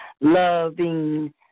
loving